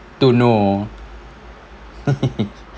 don't know